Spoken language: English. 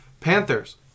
Panthers